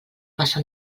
passa